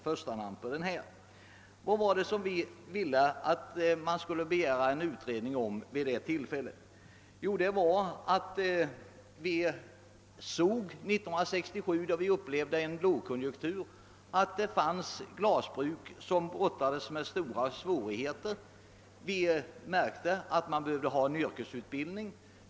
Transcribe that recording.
Vad var det som vi vid det tillfället ville ha en utredning om? Jo, år 1967 upplevde vi en lågkonjunktur, och det fanns flera glasbruk som brottades med stora svårigheter. Vi märkte att det behövdes en yrkesutbildning.